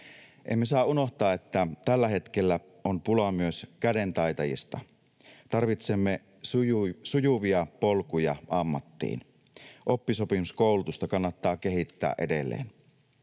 Emme saa unohtaa, että tällä hetkellä on pulaa myös kädentaitajista. Tarvitsemme sujuvia polkuja ammattiin. Oppisopimuskoulutusta kannattaa kehittää edelleen.